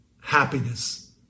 happiness